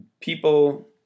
people